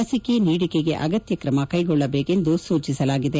ಲಸಿಕೆ ನೀಡಿಕೆಗೆ ಅಗತ್ಯ ಕ್ರಮಕ್ಕೆಗೊಳ್ಳಬೇಕೆಂದು ಸೂಚಿಸಲಾಗಿದೆ